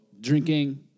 drinking